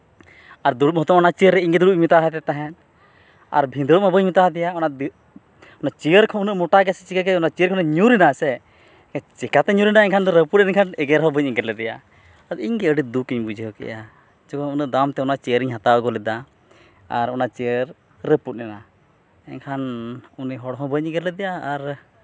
ᱟᱨ ᱫᱩᱲᱩᱵ ᱦᱚᱛᱚ ᱚᱱᱟ ᱪᱮᱭᱟᱨ ᱤᱧᱜᱮ ᱫᱩᱲᱩᱵᱤᱧ ᱢᱮᱛᱟᱫᱮ ᱛᱟᱦᱮᱸᱫ ᱟᱨ ᱵᱷᱤᱫᱟᱹᱲᱢᱟ ᱵᱟᱹᱧ ᱢᱮᱛᱟ ᱫᱮᱭᱟ ᱚᱱᱟ ᱪᱤᱭᱟᱹᱨ ᱠᱷᱚᱱ ᱩᱱᱟᱹᱜ ᱢᱚᱴᱟ ᱜᱮᱭᱟ ᱥᱮ ᱪᱤᱠᱟᱹ ᱜᱮᱭᱟᱭ ᱚᱱᱟ ᱪᱤᱭᱟᱹᱨ ᱠᱷᱚᱱᱟᱜ ᱡᱚᱠᱷᱚᱱᱮ ᱧᱩᱨᱮᱱᱟᱭ ᱥᱮ ᱪᱤᱠᱟᱹᱛᱮ ᱧᱩᱨᱮᱱᱟᱭ ᱮᱱᱠᱷᱟᱱ ᱫᱚ ᱨᱟᱹᱯᱩᱫ ᱮᱱᱠᱷᱟᱱ ᱮᱜᱮᱨ ᱦᱚᱸ ᱵᱟᱹᱧ ᱮᱜᱮᱨ ᱞᱮᱫᱮᱭᱟ ᱟᱫᱚ ᱤᱧᱜᱮ ᱟᱹᱰᱤ ᱫᱩᱠᱤᱧ ᱵᱩᱡᱷᱟᱹᱣ ᱠᱮᱜᱼᱟ ᱪᱮᱫᱟᱜ ᱥᱮ ᱩᱱᱟᱹᱜ ᱫᱟᱢᱛᱮ ᱚᱱᱟ ᱪᱤᱭᱟᱹᱨᱤᱧ ᱦᱟᱛᱟᱣ ᱟᱹᱜᱩ ᱞᱮᱫᱟ ᱟᱨ ᱚᱱᱟ ᱪᱤᱭᱟᱹᱨ ᱨᱟᱹᱯᱩᱫ ᱮᱱᱟ ᱮᱱᱠᱷᱟᱱ ᱩᱱᱤ ᱦᱚᱲ ᱦᱚᱸ ᱵᱟᱹᱧ ᱮᱜᱮᱨ ᱞᱮᱫᱮᱭᱟ ᱟᱨ